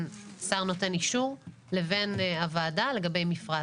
שר נותן אישור לבין הוועדה לגבי מפרט.